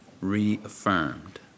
reaffirmed